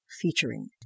featuring